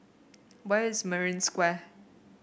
where is Marina Square